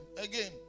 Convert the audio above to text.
again